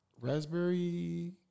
raspberry